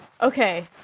Okay